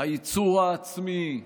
הייצור העצמי,